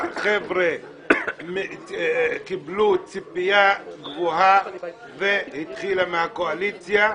החבר'ה קיבלו ציפייה גבוהה שהתחילה מהקואליציה,